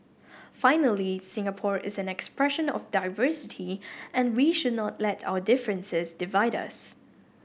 finally Singapore is an expression of diversity and we should not let our differences divide us